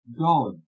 God